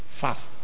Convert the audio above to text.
fast